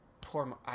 poor